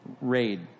raid